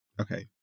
Okay